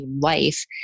life